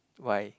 why